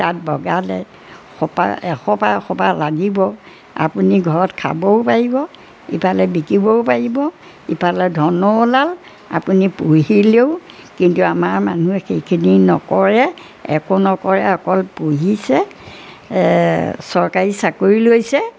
তাত বগালে সপা এসোপা এসোপা লাগিব আপুনি ঘৰত খাবও পাৰিব ইফালে বিকিবও পাৰিব ইফালে ধনো ওলাল আপুনি পঢ়িলেও কিন্তু আমাৰ মানুহে সেইখিনি নকৰে একো নকৰে অকল পঢ়িছে চৰকাৰী চাকৰি লৈছে